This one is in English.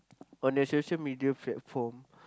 on the social-media platform